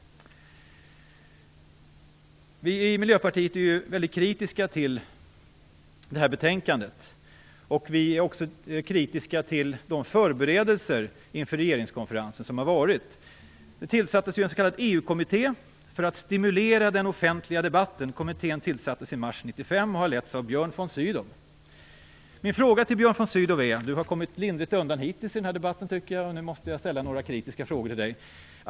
Vi i Miljöpartiet är väldigt kritiska till detta betänkande. Vi är också kritiska till de förberedelser som skett inför regeringskonferensen. Det tillsattes en s.k. EU-kommitté för att stimulera den offentliga debatten. Kommittén tillsattes i mars 1995 och har letts av Björn von Sydow. Björn von Sydow har hittills i den här debatten kommit lindrigt undan, och nu måste jag ställa några kritiska frågor till honom.